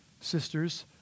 Sisters